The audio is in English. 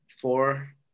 four